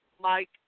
Mike